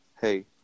hey